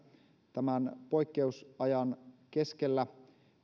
tämän poikkeusajan keskellä